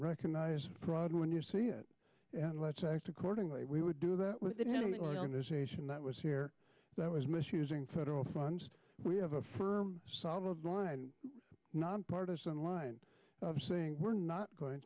recognize fraud when you see it and let's act accordingly we would do that within the organization that was here that was misusing federal funds we have a firm solid line nonpartizan line saying we're not going